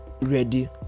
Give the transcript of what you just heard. ready